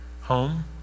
home